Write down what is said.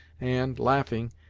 and, laughing,